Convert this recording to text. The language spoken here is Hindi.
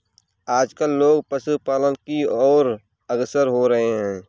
आजकल लोग पशुपालन की और अग्रसर हो रहे हैं